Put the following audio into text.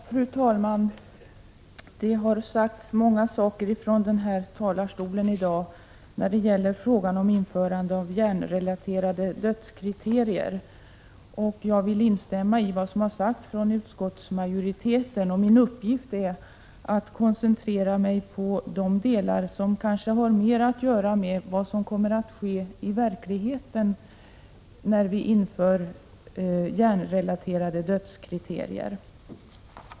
Fru talman! Det har sagts många saker från denna talarstol i dag i fråga om införande av hjärnrelaterade dödskriterier. Jag vill instämma i vad som sagts från utskottsmajoriteten. Min uppgift är att koncentrera mig på de delar som kanske mera har att göra med det som kommer att ske i verkligheten när vi inför hjärnrelaterade dödskriterier.